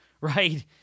right